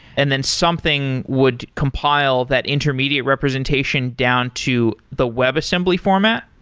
and then something would compile that intermediate representation down to the webassembly format?